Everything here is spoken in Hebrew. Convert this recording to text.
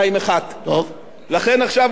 לכן, עכשיו הוא מחזיר לי כגמולי.